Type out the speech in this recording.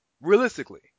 Realistically